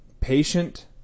patient